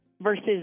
versus